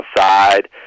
outside